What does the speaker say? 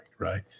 Right